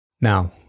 now